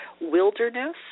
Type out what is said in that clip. Wilderness